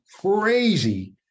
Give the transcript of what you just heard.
crazy